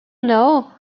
know